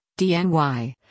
DNY